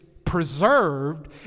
preserved